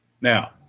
Now